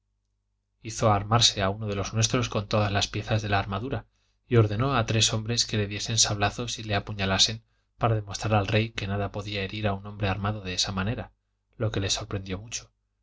hizo armarse a uno de los nuestros con todas las piezas de la armadura y ordenó a tres hombres que le diesen sablazos y le apuñalasen para demostrar al rey que nada podía herir a un hombre armado de esta manera lo que le sorprendió mucho y